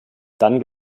dann